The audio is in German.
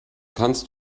kannst